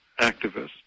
activist